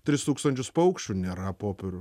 tris tūkstančius paukščių nėra popierių